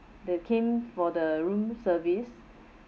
that came for the room service